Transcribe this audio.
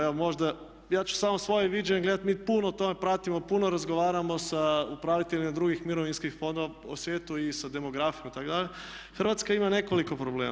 Evo možda, ja ću samo svoje viđenje gledati, mi puno toga pratimo, puno razgovaramo sa upraviteljima drugih mirovinskih fondova u svijetu i sa demografijom itd., Hrvatska ima nekoliko problema.